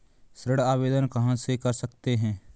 ऋण आवेदन कहां से कर सकते हैं?